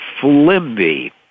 Flimby